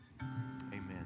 amen